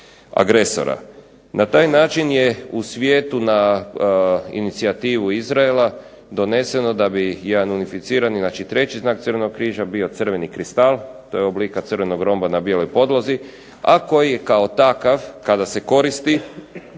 Na taj način je u svijetu na inicijativu Izraela doneseno da bi jedan unificirani, znači treći znak Crvenog križa bio crveni kristal. To je oblika crvenog romba na bijeloj podlozi, a koji je kao takav kada se koristi